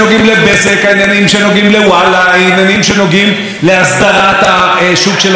העניינים שנוגעים להסדרת השוק של הטלוויזיה הרב-ערוצית ושוק האינטרנט.